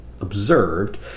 observed